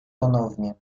ponownie